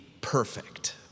perfect